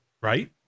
Right